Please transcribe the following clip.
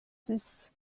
six